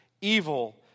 evil